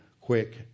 quick